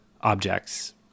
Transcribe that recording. objects